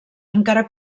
encara